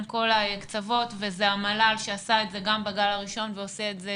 כל הקצוות וזה המל"ל שעשה את זה גם בגל הראשון ועושה את זה